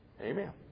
amen